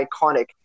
iconic